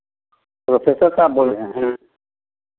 professor साहब बोल रहे हैं